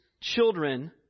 children